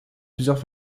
plusieurs